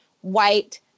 white